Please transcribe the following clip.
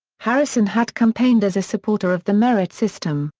harrison had campaigned as a supporter of the merit system,